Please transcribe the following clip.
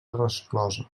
resclosa